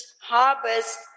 harbors